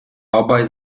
obaj